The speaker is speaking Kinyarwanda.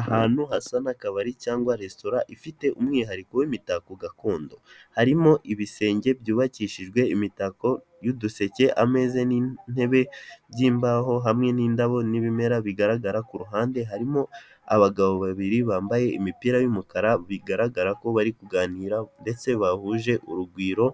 Ahantu hasa n'akabari cyangwa resitora ifite umwihariko w'imitako gakondo harimo ibisenge byubakishijwe imitako y'uduseke, ameza n'intebe byimbaho hamwe n'indabo n'ibimera bigaragara ku ruhande harimo abagabo babiri bambaye imipira y'umukara bigaragara ko bari kuganiraraho ndetse bahuje urugwiro